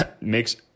makes